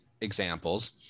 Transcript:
examples